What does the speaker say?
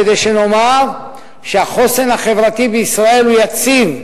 כדי שנאמר שהחוסן בישראל הוא יציב,